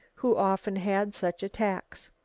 who often had such attacks.